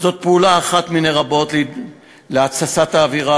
זאת פעולה אחת מני רבות להתססת האווירה.